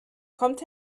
kommt